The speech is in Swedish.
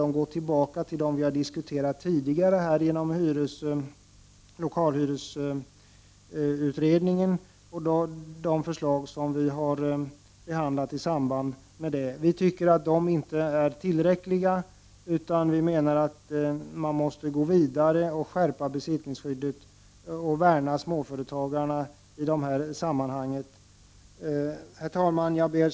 Dem har vi diskuterat och behandlat i lokalhyresutredningen. Jag vill bara säga att det inte är tillräckligt. Vi måste gå vidare och skärpa besittningsskyddet och värna småföretagarna. Herr talman!